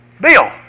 Bill